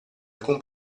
alcun